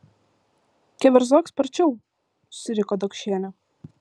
keverzok sparčiau suriko dokšienė